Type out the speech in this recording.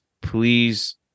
please